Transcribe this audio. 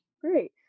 Great